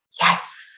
Yes